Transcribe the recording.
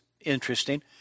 interesting